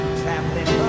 traveling